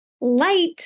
Light